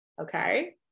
okay